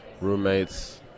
roommates